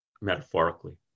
metaphorically